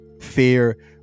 fear